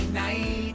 night